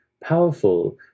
powerful